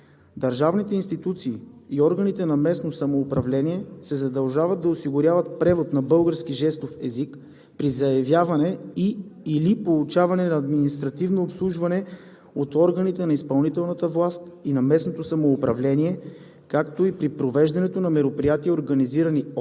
Държавните институции и органите на местното самоуправление се задължават да осигуряват превод на български жестов език при заявяване и/или получаване на административно обслужване от органите на изпълнителната власт и на местното самоуправление, както и при провеждането на мероприятия, организирани от